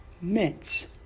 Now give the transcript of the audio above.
mints